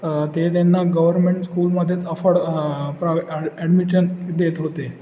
ते त्यांना गव्हर्मेंट स्कूलमध्येच अफोर्ड प्राव ॲ ॲडमिशन देत होते